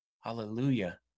Hallelujah